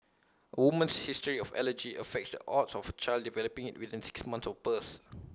woman's history of allergy affects the odds of child developing IT within six months of birth